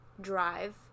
drive